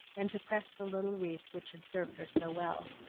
and to press the little wreath which had served her so well.